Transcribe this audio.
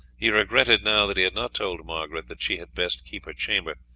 he regretted now that he had not told margaret that she had best keep her chamber,